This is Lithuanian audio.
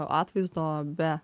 atvaizdo be